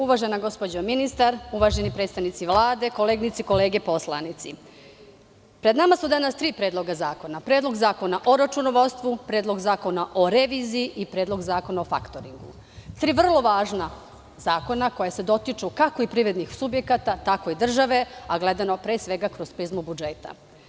Uvažena gospođo ministar, uvaženi predstavnici Vlade, koleginice i kolege poslanici, pred nama su danas tri predloga zakona – Predlog zakona o računovodstvu, Predlog zakona o reviziji i Predlog zakona o faktoringu, tri vrlo važna zakona koja se dotiču kako privrednih subjekata, tako i države, a gledano pre svega kroz prizmu budžeta.